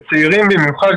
לצעירים במיוחד,